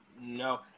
no